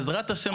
בעזרת השם.